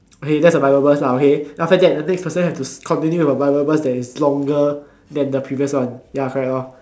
okay that's the bible verse lah okay then after that the next person have to continue the bible verse that is longer than the previous one ya correct lor